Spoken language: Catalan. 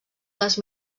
les